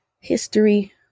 history